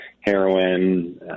heroin